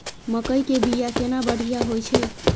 मकई के बीया केना बढ़िया होय छै?